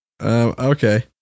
Okay